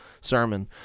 sermon